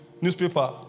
newspaper